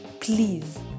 please